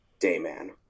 Dayman